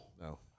no